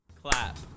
Clap